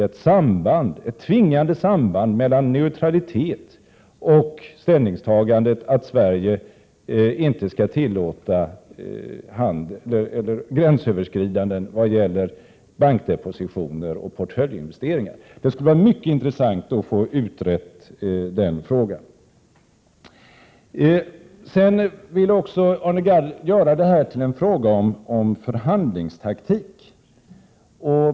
På vad sätt föreligger tvingande samband mellan neutralitet och ställningstagandet att Sverige inte skall tillåta gränsöverskridanden vad gäller bankdepositioner och portföljinvesteringar? Arne Gadd vill också göra detta till en fråga om förhandlingstaktik.